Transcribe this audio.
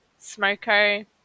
smoko